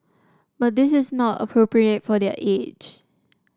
but this is not appropriate for their age